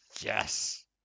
Yes